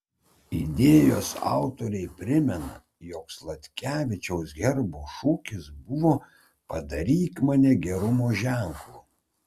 idėjos autoriai primena jog sladkevičiaus herbo šūkis buvo padaryk mane gerumo ženklu